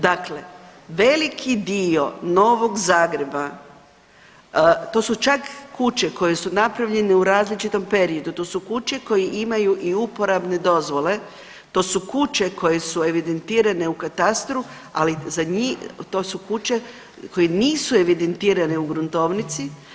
Dakle, veliki dio Novog Zagreba to su čak kuće koje su napravljene u različitom periodu, to su kuće koje imaju i uporabne dozvole, to su kuće koje su evidentirane u katastru, ali za njih, to su kuće koje nisu evidentirane u gruntovnici.